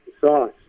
sauce